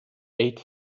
eight